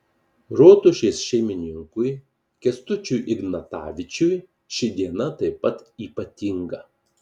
rotušės šeimininkui kęstučiui ignatavičiui ši diena taip pat ypatinga